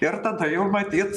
ir tada jau matyt